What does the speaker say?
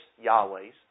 Yahweh's